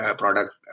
product